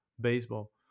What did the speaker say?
baseball